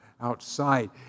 outside